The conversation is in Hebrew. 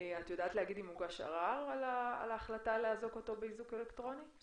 הוגש ערר על ההחלטה לאזוק אותו באיזוק אלקטרוני?